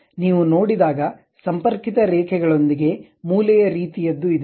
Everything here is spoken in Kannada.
ನೀವು ನೋಡಿದಾಗ ಸಂಪರ್ಕಿತ ರೇಖೆಗಳೊಂದಿಗೆ ಮೂಲೆಯ ರೀತಿಯದ್ದು ಇದೆ